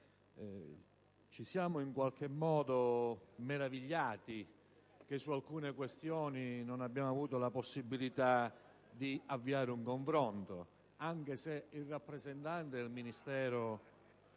ci siamo meravigliati che su alcune questioni non abbiamo avuto la possibilità di avviare un confronto, anche se il rappresentante del Ministero